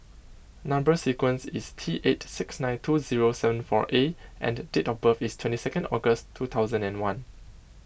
Number Sequence is T eight six nine two zero seven four A and date of is twenty second August two thousand and one